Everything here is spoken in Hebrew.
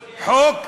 חוק,